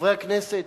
חברי הכנסת,